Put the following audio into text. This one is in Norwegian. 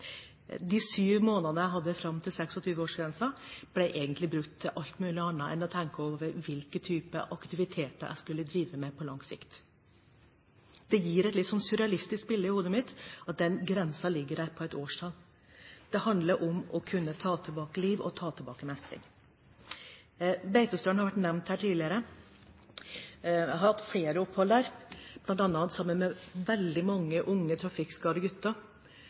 De syv månedene jeg hadde fram til 26-årsgrensen, ble egentlig brukt til alt mulig annet enn å tenke over hvilke typer aktiviteter jeg skulle drive med på lang sikt. Det gir et litt sånt surrealistisk bilde i hodet mitt at den grensen ligger der på et årstall. Det handler om å kunne ta tilbake livet og ta tilbake mestring. Beitostølen har vært nevnt her tidligere. Jeg har hatt flere opphold der, bl.a. sammen med veldig mange unge trafikkskadde gutter